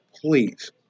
please